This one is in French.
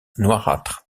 noirâtre